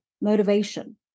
motivation